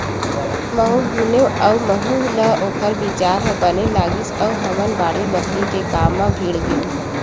महूँ गुनेव अउ महूँ ल ओखर बिचार ह बने लगिस अउ हमन बाड़ी बखरी के काम म भीड़ गेन